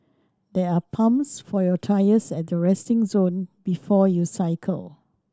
there are pumps for your tyres at the resting zone before you cycle